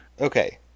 okay